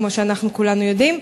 כמו שאנחנו כולנו יודעים,